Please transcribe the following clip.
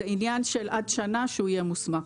זה עניין של עד שנה שהוא יהיה מוסמך.